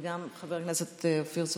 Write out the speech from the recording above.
וגם חבר הכנסת אופיר סופר.